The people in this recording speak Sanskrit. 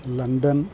लण्डन्